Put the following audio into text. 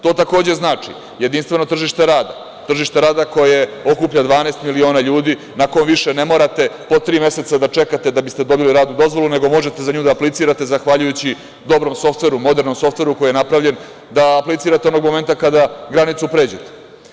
To takođe znači jedinstveno tržište rada, tržište rada koje okuplja 12 miliona ljudi, na kome više ne morate po tri meseca da čekate da biste dobili radnu dozvolu, nego možete za nju da aplicirate zahvaljujući dobrom softveru, modernom softveru koji je napravljen, da aplicirate onog momenta kada granicu pređete.